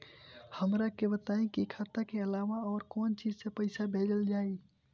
हमरा के बताई की खाता के अलावा और कौन चीज से पइसा भेजल जाई?